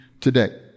today